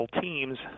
teams